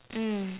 mm